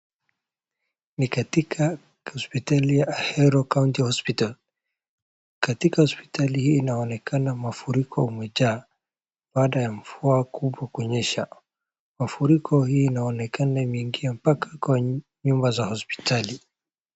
Ni katika hospitali ya Ahero county hospital. Katika hospitali hii inaonekana mafuriko imejaa, baada ya mvua kubwa kunyesha. Mafuriko hii inaonekana kuingia mpaka kwa nyumba za hospitali.